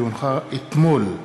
כי הונחו אתמול,